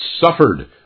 suffered